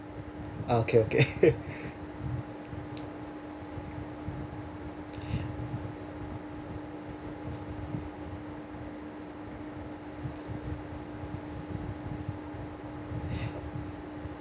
ah okay okay